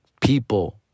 people